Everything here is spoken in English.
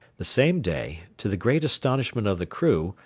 the same day, to the great astonishment of the crew,